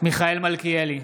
מיכאל מלכיאלי,